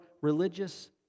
religious